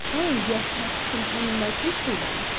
you have passed some time in my country, then?